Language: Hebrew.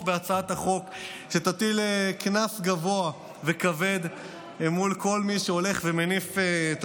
בהצעת החוק שתטיל קנס גבוה וכבד על כל מי שהולך ומניף את